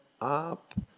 up